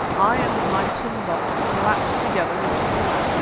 i and my tin box collapsed together in the corner.